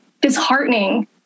disheartening